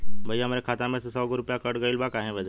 भईया हमरे खाता में से सौ गो रूपया कट गईल बा काहे बदे?